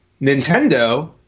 Nintendo